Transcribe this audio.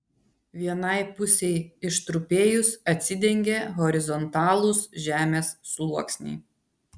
vienai pusei ištrupėjus atsidengė horizontalūs žemės sluoksniai